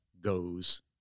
goes